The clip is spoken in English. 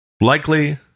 Likely